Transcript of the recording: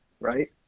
right